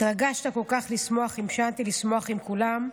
התרגשת כל כך לשמוח עם שאנטי, לשמוח עם כולם.